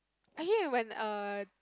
are you when err